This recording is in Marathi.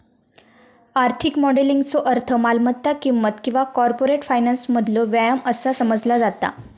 आर्थिक मॉडेलिंगचो अर्थ मालमत्ता किंमत किंवा कॉर्पोरेट फायनान्समधलो व्यायाम असा समजला जाता